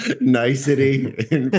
nicety